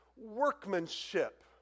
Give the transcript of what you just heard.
workmanship